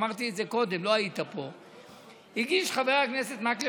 אמרתי את זה קודם, לא היית פה, הצעת חוק.